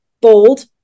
bold